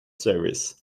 service